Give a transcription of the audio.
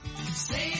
Save